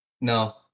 No